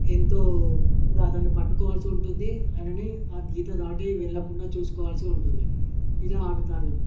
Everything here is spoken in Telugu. ఎంతో అతన్ని పట్టుకోవాల్సి ఉంటుంది అయనని ఆ గీత దాటి వెళ్ళకుండా చూసుకోవాల్సి ఉంటుంది ఇలా ఆడతారు